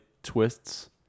Twists